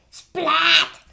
splat